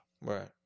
Right